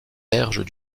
berges